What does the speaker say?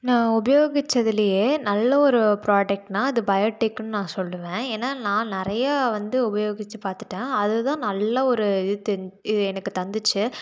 நான் உபயோகித்ததுலேயே நல்ல ஒரு ப்ராடக்ட்னால் அது பயோடெக்னு நான் சொல்லுவேன் ஏன்னால் நான் நிறையா வந்து உபயோகித்து பார்த்துட்டேன் அதுதான் நல்ல ஒரு இது தெரி இது எனக்கு தந்துச்சு